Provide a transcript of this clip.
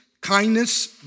kindness